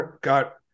got